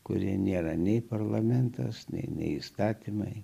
kurie nėra nei parlamentas nei įstatymai